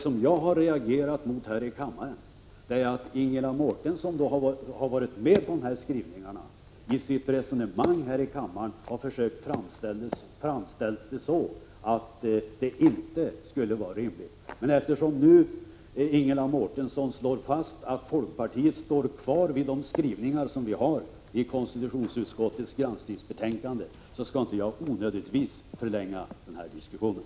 Vad jag har reagerat mot är att Ingela Mårtensson, som varit med om de skrivningarna, i sitt resonemang här i kammaren försökt framställa det som om storleken av exporten till Singapore inte varit rimlig. Men eftersom Ingela Mårtensson nu slår fast att folkpartiet står fast vid skrivningarna i konstitutionsutskottets granskningsbetänkande skall jag inte onödigtvis förlänga den här diskussionen.